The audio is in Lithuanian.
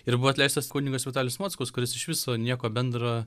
ir buvo atleistas kunigas vitalijus mockus kuris iš viso nieko bendro